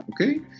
okay